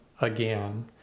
again